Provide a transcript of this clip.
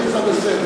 החרדים.